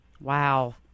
Wow